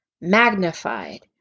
magnified